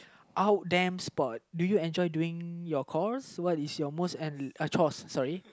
out damn sport do you enjoy doing your course what is your most uh chores sorry